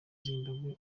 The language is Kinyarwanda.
zimbabwe